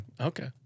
okay